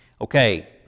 Okay